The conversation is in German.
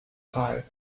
teil